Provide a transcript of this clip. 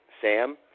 Sam